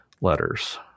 letters